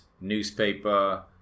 newspaper